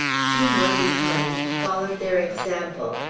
two more behind followed their example,